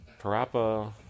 Parappa